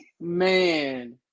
Man